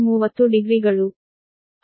ಅಂದರೆ Vac V∟ 300ಡಿಗ್ರಿ